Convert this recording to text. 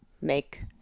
make